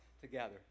together